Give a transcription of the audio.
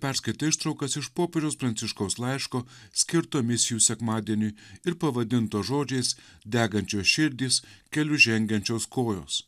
perskaitė ištraukas iš popiežiaus pranciškaus laiško skirto misijų sekmadieniui ir pavadinto žodžiais degančios širdys keliu žengiančios kojos